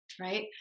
right